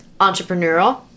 entrepreneurial